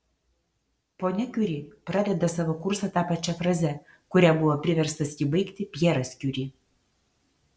ponia kiuri pradeda savo kursą ta pačia fraze kuria buvo priverstas jį baigti pjeras kiuri